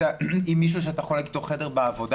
אם מישהו שאתה חולק אתו חדר בעבודה.